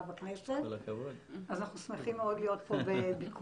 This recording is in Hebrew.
בכנסת אז אנחנו שמחים מאוד להיות פה בביקור.